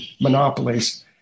monopolies